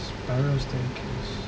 spiral staircase